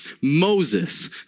Moses